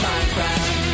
Minecraft